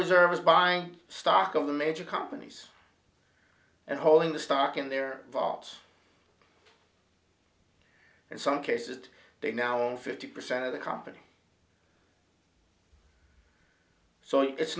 reserve is buying stock of the major companies and holding the stock in their vaults in some cases they now own fifty percent of the company so it's